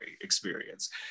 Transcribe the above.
experience